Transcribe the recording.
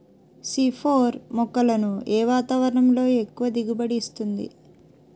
C four మొక్కలను ఏ వాతావరణంలో ఎక్కువ దిగుబడి ఇస్తుంది?